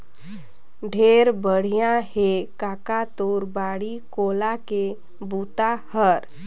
ढेरे बड़िया हे कका तोर बाड़ी कोला के बूता हर